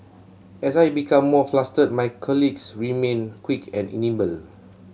as I became more flustered my colleagues remained quick and nimble